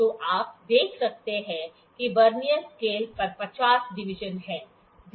तो आप देख सकते हैं कि वर्नियर स्केल पर 50 डिवीजन हैं